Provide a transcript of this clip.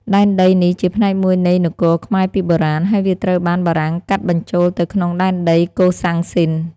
ដែនដីនេះជាផ្នែកមួយនៃនគរខ្មែរពីបុរាណ ហើយវាត្រូវបានបារាំងកាត់បញ្ចូលទៅក្នុងដែនដីកូសាំងស៊ីន។